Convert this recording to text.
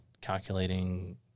calculating